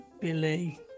Billy